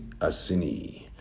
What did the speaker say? Asini